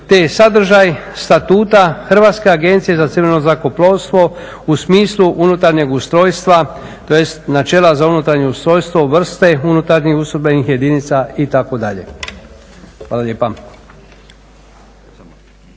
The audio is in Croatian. te sadržaj Statuta Hrvatske agencije za civilno zrakoplovstvo u smislu unutarnjeg ustrojstva tj. načela za unutarnje ustrojstvo, vrste unutarnjih … jedinica itd. Hvala lijepa.